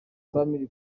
family